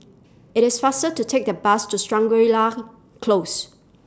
IT IS faster to Take The Bus to Shangri La Close